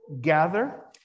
gather